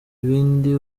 ibindi